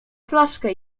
flaszkę